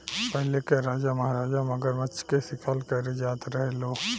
पहिले के राजा महाराजा मगरमच्छ के शिकार करे जात रहे लो